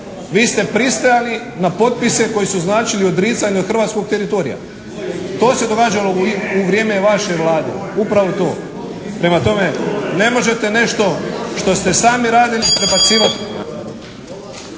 Vi ste pristajali na potpise koji su značili odricanje od hrvatskog teritorija. To se događalo u vrijeme vaše Vlade, upravo to. Prema tome ne možete nešto što ste sami radili prebacivati.